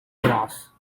brass